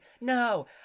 no